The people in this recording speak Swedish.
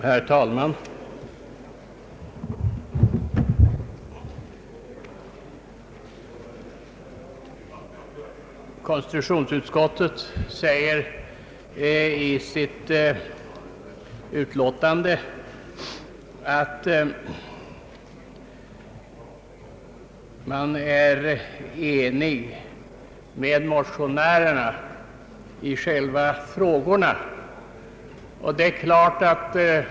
Herr talman! Konstitutionsutskottet anför i sitt utlåtande att man är ense med motionärerna om det angelägna i själva frågorna.